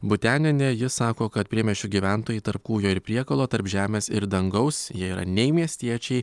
butenienė ji sako kad priemiesčių gyventojai tarp kūjo ir priekalo tarp žemės ir dangaus jie yra nei miestiečiai